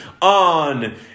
on